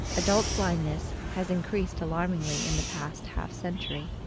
adult blindness has increased alarmingly in the past half century,